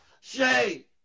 Shay